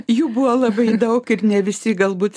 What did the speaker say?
jų buvo labai daug ir ne visi galbūt